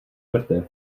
mrtev